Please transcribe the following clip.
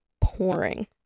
pouring